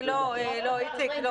איציק.